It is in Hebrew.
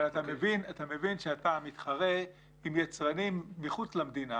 אבל אתה מבין שאתה מתחרה עם יצרנים מחוץ למדינה